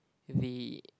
the